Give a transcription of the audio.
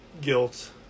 guilt